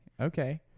Okay